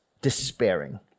despairing